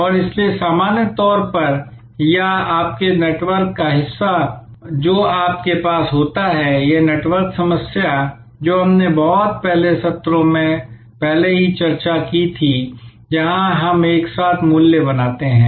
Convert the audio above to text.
और इसलिए सामान्य तौर पर या आपके नेटवर्क का लगभग हिस्सा जो हमारे पास होता है यह नेटवर्क समस्या जो हमने पहले ही कुछ सत्रों में पहले ही चर्चा की थी जहां हम एक साथ मूल्य बनाते हैं